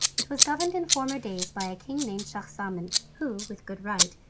it was governed in former days by a king named schahzaman, who, with good right,